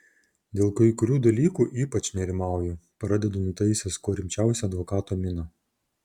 dėl kai kurių dalykų ypač nerimauju pradedu nutaisęs kuo rimčiausią advokato miną